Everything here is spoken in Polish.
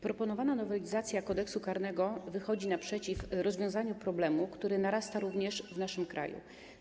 Proponowana nowelizacja Kodeksu karnego wychodzi naprzeciw rozwiązaniu problemu, który narasta również w naszym kraju.